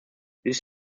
this